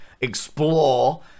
explore